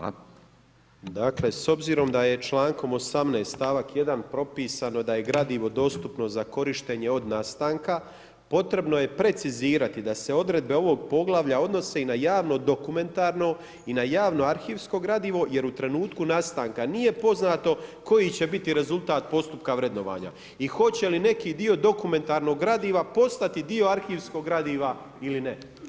Dakle, s obzirom da je čl. 18., st. 1. propisano da je gradivo dostupno za korištenje od nastanka, potrebno je precizirati da se odredbe ovog poglavlja odnose i na javno dokumentarno i na javno arhivsko gradivo jer u trenutku nastanka nije poznato koji će biti rezultat postupka vrednovanja i hoće li neki dio dokumentarnog gradiva postati dio arhivskog gradiva ili ne.